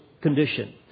condition